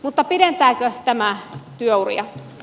mutta pidentääkö tämä työuria